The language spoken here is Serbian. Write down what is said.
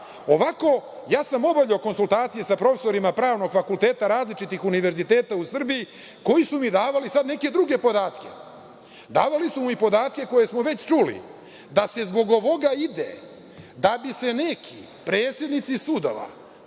pravu. Ovako, ja sam obavljao konsultacije sa profesorima pravnog fakulteta različitih univerziteta u Srbiji koji su mi davali neke druge podatke. Davali su mi podatke koje smo već čuli, da se zbog ovoga ide da bi se nekim predsednicima sudova